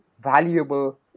valuable